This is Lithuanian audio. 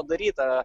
padaryta